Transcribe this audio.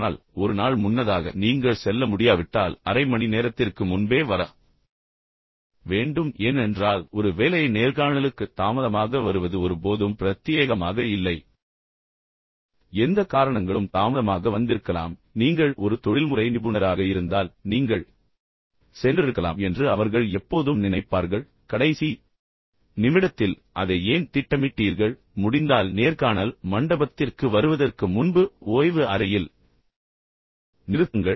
ஆனால் ஒரு நாள் முன்னதாக நீங்கள் செல்ல முடியாவிட்டால் அரை மணி நேரத்திற்கு முன்பே வர வேண்டும் ஏனென்றால் ஒரு வேலை நேர்காணலுக்கு தாமதமாக வருவது ஒருபோதும் பிரத்தியேகமாக இல்லை எந்த காரணங்களும் தாமதமாக வந்திருக்கலாம் நீங்கள் ஒரு தொழில்முறை நிபுணராக இருந்தால் நீங்கள் சென்றிருக்கலாம் என்று அவர்கள் எப்போதும் நினைப்பார்கள் கடைசி நிமிடத்தில் பதினோராம் மணி நேரத்தில் அதை ஏன் திட்டமிட்டீர்கள் முடிந்தால் நேர்காணல் மண்டபத்திற்கு வருவதற்கு முன்பு ஓய்வு அறையில் நிறுத்துங்கள்